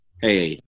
Hey